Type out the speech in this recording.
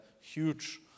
huge